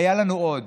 היה לנו עוד,